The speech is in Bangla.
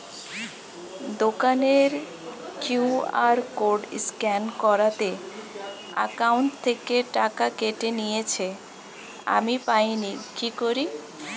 দোকানের কিউ.আর কোড স্ক্যান করাতে অ্যাকাউন্ট থেকে টাকা কেটে নিয়েছে, আমি পাইনি কি করি?